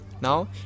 Now